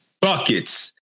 Buckets